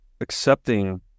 accepting